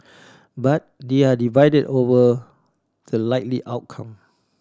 but they are divided over the likely outcome